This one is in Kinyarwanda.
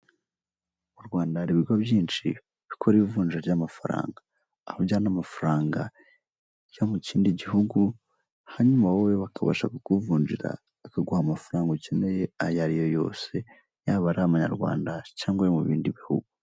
Mu Rwanda hari ibigo byinshi bikora ivunja ry'amafaranga, aho ujyana amafarangajya yo mu kindi gihugu hanyuma wowe bakabasha kukuvunjira bakaguha amafaranga ukeneye ayo ariyo yose yaba arimanyarwanda cyangwa ayo mu bindi bihugu.